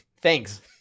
Thanks